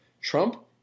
Trump